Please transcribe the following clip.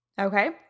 Okay